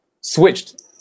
switched